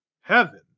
heaven